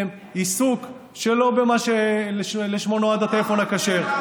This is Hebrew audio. מעיסוק שלא במה שלשמו נועד הטלפון הכשר.